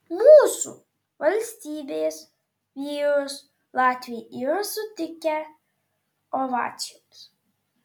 mūsų valstybės vyrus latviai yra sutikę ovacijomis